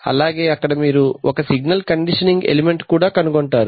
అలాగే అక్కడ మీరు ఒక సిగ్నల్ కండిషనింగ్ ఎలిమెంట్ కూడా కనుగొంటారు